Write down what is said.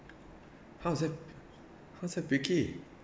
how is that how is that picky